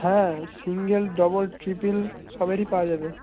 হ্যাঁ single double triple সবেরই পাওয়া যাবে